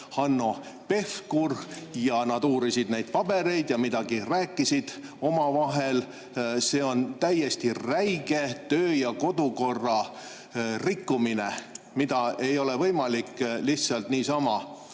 Hanno Pevkur ja nad uurisid neid pabereid ja rääkisid midagi omavahel. See on täiesti räige kodu- ja töökorra rikkumine, mida ei ole võimalik lihtsalt niisama